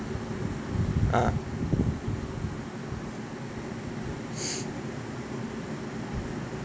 uh